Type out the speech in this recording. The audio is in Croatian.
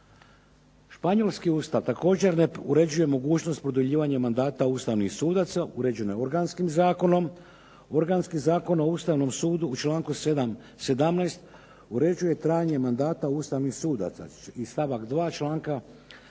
Španjolski usta također ne uređuje mogućnost produljivanja mandata Ustavnih sudaca, uređeno je Organskim zakonom. Organski zakon o Ustavnom sudu u članu 7. 17., uređuje trajanje mandata Ustavnih sudaca, i stavak 2. članka